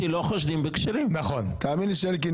זו שאלה טובה.